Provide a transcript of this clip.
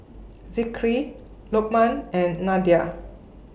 Zikri Lukman and Nadia